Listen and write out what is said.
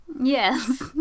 Yes